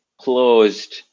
closed